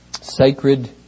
sacred